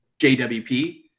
jwp